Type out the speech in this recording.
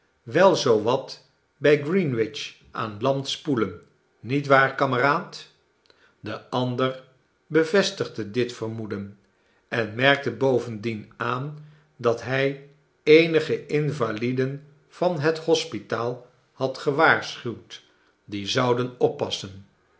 wel zoo wat bij greenwich aan land spoelen niet waar kameraad de ander bevestigde dit vermoeden en merkte bovendien aan dat hij eenige invaliden van het hospitaal had gewaarschuwd die zouden oppassen